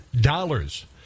dollars